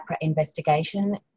investigation